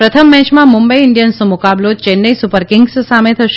પ્રથમ મેચમાં મુંબઈ ઇન્ડિયન્સનો મુકાબલો ચેન્નાઈ સુપરકિંગ્સ સામે થશે